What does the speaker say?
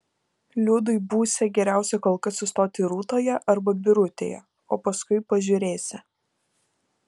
liudui būsią geriausia kol kas sustoti rūtoje arba birutėje o paskui pažiūrėsią